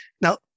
Now